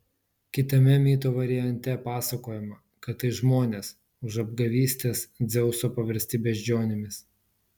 kitame mito variante pasakojama kad tai žmonės už apgavystes dzeuso paversti beždžionėmis